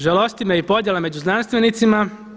Žalosti me i podjela među znanstvenicima.